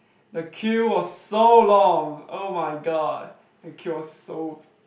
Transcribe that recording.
the queue was so long !oh my god! the queue was so